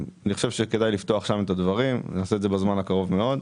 כדאי לפתוח שם את הדברים ונעשה את זה בזמן הקרוב מאוד.